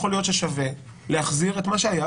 יכול להיות ששווה להחזיר את מה שהיה,